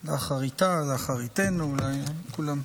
לאחריתה, לאחריתנו, לכולם.